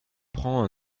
prends